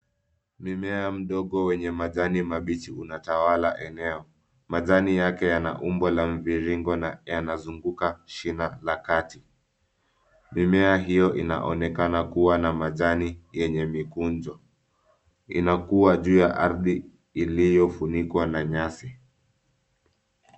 Mmea mdogo wenye majani mabichi unatawala eneo. Majani yake yana umbo la mviringo na yanazunguka shina la kati. Mimea hiyo inaonekana kuwa na majani yenye mikunjo. Inakua juu ya ardhi iliyofunikwa na nyasi.